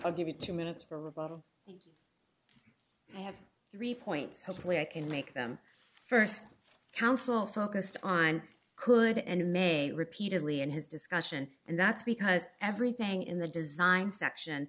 i'll give you two minutes for rebuttal if i have three points hopefully i can make them st counsel focused on could and may repeatedly and his discussion and that's because everything in the design section